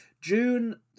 June